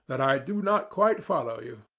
that i do not quite follow you.